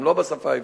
הם לא בשפה העברית.